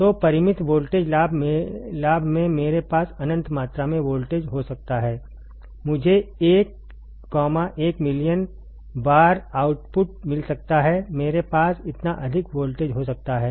तो परिमित वोल्टेज लाभ में मेरे पास अनंत मात्रा में वोल्टेज हो सकता है मुझे 1 1 मिलियन बार आउटपुट मिल सकता है मेरे पास इतना अधिक वोल्टेज हो सकता है